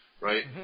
right